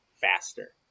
faster